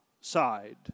side